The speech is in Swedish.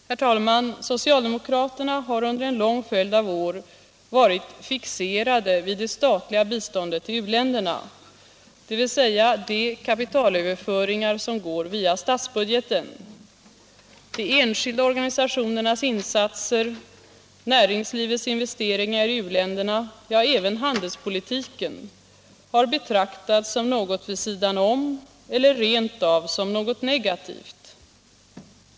Herr talman! Socialdemokraterna har under en lång följd av år varit fixerade vid det statliga biståndet till u-länderna, dvs. de kapitalöverföringar som går via statsbudgeten. De enskilda organisationernas insatser, näringslivets investeringar i u-länderna, ja, även handelspolitiken har betraktats som något vid sidan om eller rent av som något negativt.